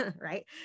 right